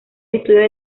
estudios